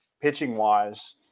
pitching-wise